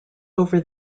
over